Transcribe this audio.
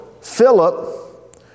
Philip